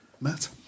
Matt